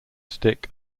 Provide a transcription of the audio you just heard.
stick